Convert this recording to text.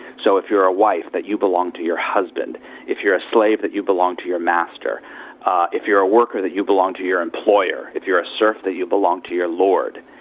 so if you're a wife that you belong to your husband if you're a slave, that you belong to your master if you're a worker that you belong to your employer if you're a serf that you belong to your lord.